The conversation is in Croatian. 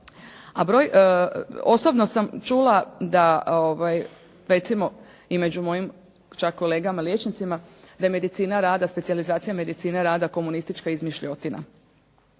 A broj, osobno sam čula da recimo i među mojim čak kolegama liječnicima da je medicina rada, specijalizacija medicine rada komunistička izmišljotina.